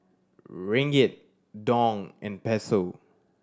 Ringgit Dong and Peso